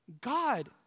God